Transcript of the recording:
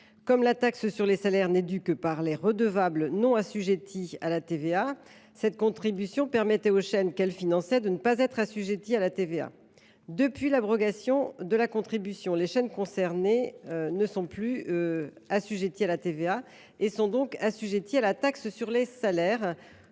Comme la taxe sur les salaires n’est due que par les redevables non assujettis à la TVA, la CAP permettait aux chaînes qu’elle finançait de ne pas être assujetties à cette taxe. Depuis l’abrogation de la CAP, les chaînes concernées ne sont plus assujetties à la TVA ; elles sont donc assujetties à la taxe sur les salaires,